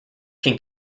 can